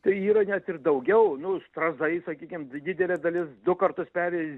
tai yra net ir daugiau nu strazdai sakykim didelė dalis du kartus peri